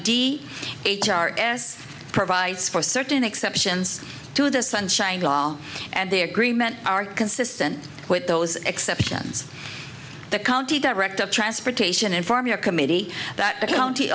d h r s provides for certain exceptions to the sunshine law and their green men are consistent with those exceptions the county director of transportation in forming a committee that the county